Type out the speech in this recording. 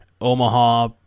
Omaha